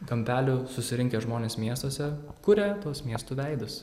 kampelių susirinkę žmonės miestuose kuria tuos miestų veidus